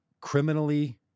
criminally